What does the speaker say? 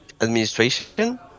Administration